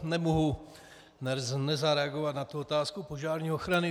Nemohu nezareagovat na otázku požární ochrany.